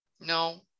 No